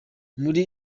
muri